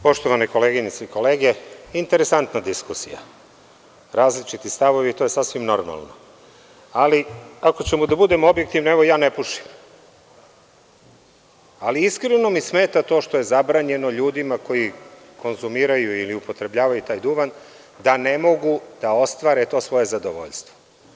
Poštovane koleginice i kolege, interesantna diskusija, različiti stavovi i to je sasvim normalno, ali ako ćemo da budemo objektivni, evo ja ne pušim, ali iskreno mi smeta to što je zabranjeno ljudima koji konzumiraju ili upotrebljavaju taj duvan, da ne mogu da ostvare to svoje zadovoljstvo.